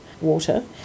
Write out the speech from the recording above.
water